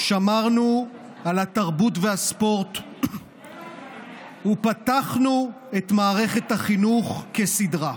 שמרנו על התרבות והספורט ופתחנו את מערכת החינוך כסדרה.